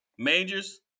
Majors